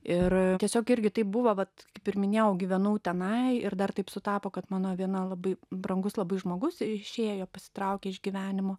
ir tiesiog irgi taip buvo vat kaip ir minėjau gyvenau tenai ir dar taip sutapo kad mano viena labai brangus labai žmogus išėjo pasitraukė iš gyvenimo